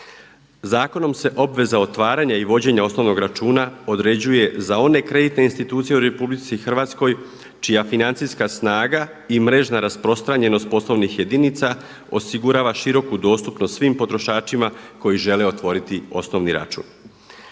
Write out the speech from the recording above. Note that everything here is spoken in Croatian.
Zakonom se obveza otvaranja i vođenja osnovnog računa određuje za one kreditne institucije u RH čija financijska snaga i mrežna rasprostranjenost poslovnih jedinica osigurava široku dostupnost svim potrošačima koji žele otvoriti osnovni račun.